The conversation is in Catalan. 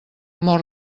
mor